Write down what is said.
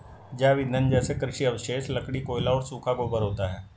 जैव ईंधन जैसे कृषि अवशेष, लकड़ी, कोयला और सूखा गोबर होता है